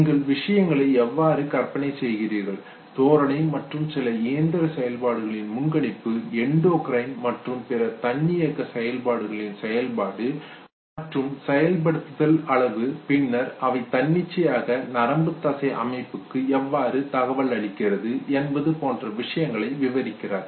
நீங்கள் விஷயங்களை எவ்வாறு கற்பனை செய்கிறீர்கள் தோரணை மற்றும் சில இயந்திர செயல்பாடுகளின் முன்கணிப்பு எண்டோகிரைன் மற்றும் பிற தன்னியக்க செயல்பாடுகளின் செயல்பாடு மற்றும் செயல்படுத்தல் அளவு பின்னர் அவை தன்னிச்சையாக நரம்புத்தசை அமைப்புக்கு எவ்வாறு தகவலளிக்கிறது என்பது போன்ற விஷயங்களை விவரிக்கிறார்